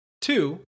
Two